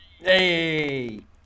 hey